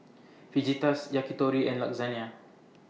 Fajitas Yakitori and Lasagna